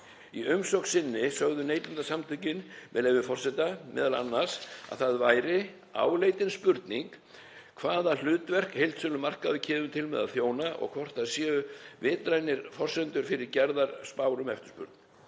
Í umsögn sinni sögðu Neytendasamtökin, með leyfi forseta, m.a. að það væri „áleitin spurning hvaða hlutverki heildsölumarkaður kemur til með að þjóna og hvort það séu vitrænar forsendur fyrir gerðar spár um eftirspurn.